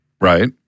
Right